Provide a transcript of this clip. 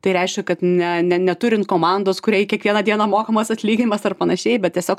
tai reiškia kad ne ne neturint komandos kuriai kiekvieną dieną mokamas atlyginimas ar panašiai bet tiesiog